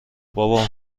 بابا